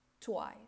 twice